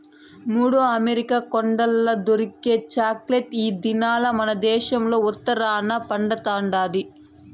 యాడో అమెరికా కొండల్ల దొరికే చాక్లెట్ ఈ దినాల్ల మనదేశంల ఉత్తరాన పండతండాది